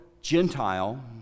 Gentile